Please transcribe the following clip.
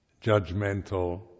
judgmental